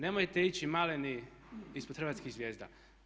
Nemojte ići maleni ispod hrvatskih zvijezda.